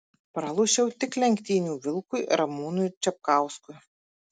pralošiau tik lenktynių vilkui ramūnui čapkauskui